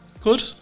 good